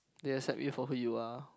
they'll accept you for who you are